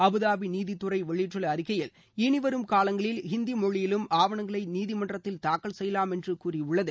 Abu Dhabi நீதித்துறை வெளியிட்டுள்ள அறிக்கையில் இனி வரும் காலங்களில் இந்தி மொழியிலும் ஆவணங்களை நீதிமன்றத்தில் தாக்கல் செய்யலாம் என்று கூறியுள்ளது